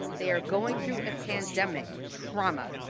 they are going through a pandemic, trauma,